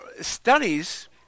studies